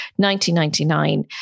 1999